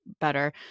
better